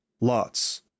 lots